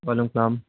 وعلیکم السلام